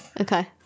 Okay